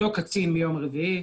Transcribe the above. אותו קצין מיום רביעי.